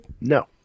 no